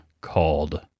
called